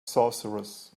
sorcerers